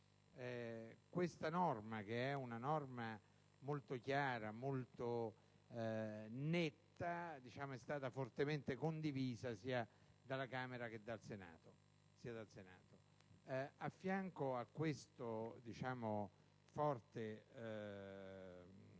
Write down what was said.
Questa norma, che è molto chiara e netta, è stata fortemente condivisa sia dalla Camera che dal Senato. A fianco a questa forte disposizione,